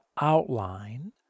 outline